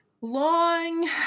long